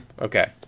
Okay